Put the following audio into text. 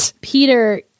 Peter